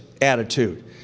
attitude